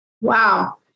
Wow